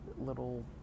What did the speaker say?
little